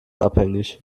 abhängig